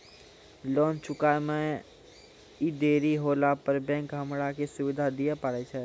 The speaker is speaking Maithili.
लोन चुकब इ मे देरी होला पर बैंक हमरा की सुविधा दिये पारे छै?